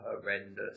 horrendous